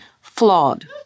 Flawed